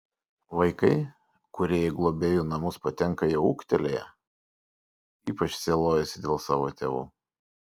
vaikai kurie į globėjų namus patenka jau ūgtelėję ypač sielojasi dėl savo tėvų